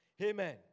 Amen